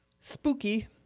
Spooky